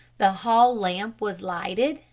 the hall lamp was lighted,